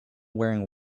wearing